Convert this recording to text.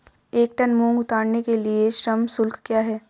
एक टन मूंग उतारने के लिए श्रम शुल्क क्या है?